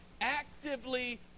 actively